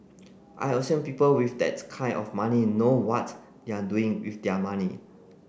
I assume people with that kind of money know what they're doing with their money